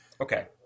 Okay